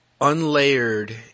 unlayered